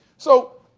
so,